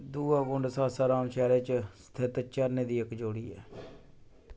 धुआ कुंड सासाराम शैह्रै च स्थित झरनें दी इक जोड़ी ऐ